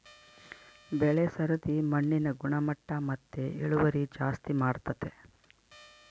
ಬೆಳೆ ಸರದಿ ಮಣ್ಣಿನ ಗುಣಮಟ್ಟ ಮತ್ತೆ ಇಳುವರಿ ಜಾಸ್ತಿ ಮಾಡ್ತತೆ